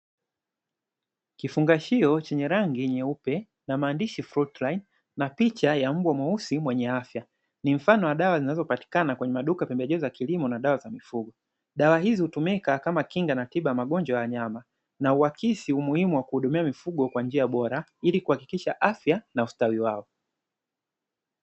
Kifungashio chenye rangi nyeupe na maandishi frutilaini na picha ya mbwa mweusi wenye afya ni mfano wa dawa zinazopatikana kwenye maduka ya pembejeo za kilimo na dawa za mifugo, dawa hizi hutumika kama kinga na tiba ya magonjwa ya wanyama, na uakisi umuhimu wa kuwahudumia mifugo kwa njia bora ili kuhakikisha afya na ustawi wao.